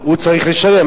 הוא צריך לשלם.